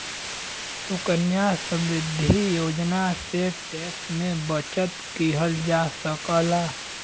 सुकन्या समृद्धि योजना से टैक्स में बचत किहल जा सकला